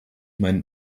mein